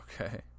Okay